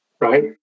right